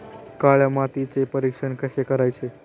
काळ्या मातीचे परीक्षण कसे करायचे?